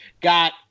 got